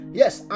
yes